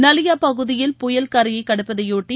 நலியா பகுதியில் புயல் கரையை கடப்பதைபொட்டி